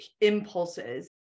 impulses